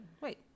wait